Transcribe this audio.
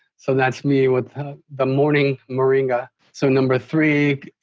so that's me with the morning moringa. so number three,